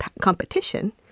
competition